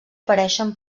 pareixen